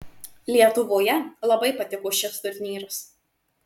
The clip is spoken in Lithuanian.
lietuvoje labai patiko šis turnyras